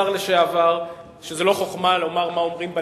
השר לשעבר, שזו לא חוכמה לומר מה אומרים בליכוד,